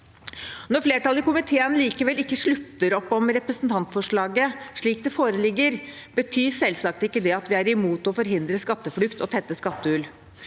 Når flertallet i komiteen likevel ikke slutter opp om representantforslaget slik det foreligger, betyr selvsagt ikke det at vi er imot å forhindre skatteflukt og tette skattehull.